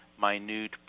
minute